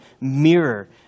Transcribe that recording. mirror